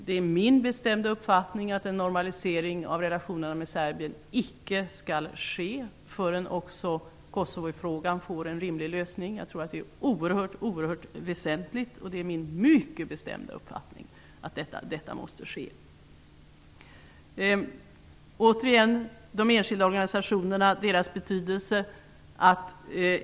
Det är min bestämda uppfattning att en normalisering av relationerna med Serbien icke skall ske förrän också Kosovofrågan får en rimlig lösning. Det är oerhört väsentligt, och det är min bestämda uppfattning att detta måste ske. Återigen har vi frågan om de enskilda organisationernas betydelse.